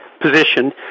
position